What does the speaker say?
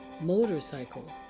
Motorcycle